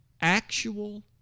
Actual